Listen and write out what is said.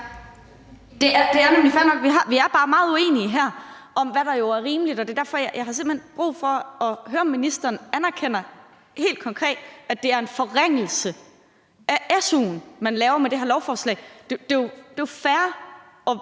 Vi er bare meget uenige her om, hvad der er rimeligt. Det er derfor, at jeg simpelt hen har brug for at høre, om ministeren helt konkret anerkender, at det er en forringelse af su'en, man laver med det her lovforslag. Det er jo fair at